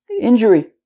Injury